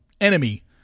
enemy